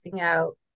out